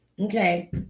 okay